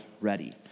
ready